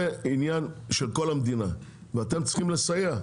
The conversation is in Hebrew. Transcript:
זה עניין של כל המדינה ואתן צריכות לסייע,